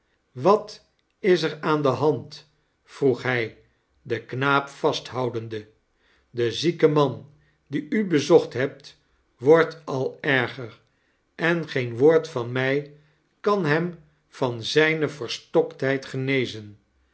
wat is er aan de hand vroeg hij den knaap vasthoudende de zieke man dien u bezocht hebt wordt al erger en geen woord van mij kan hem van zijne verstoktheid genezen